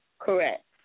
Correct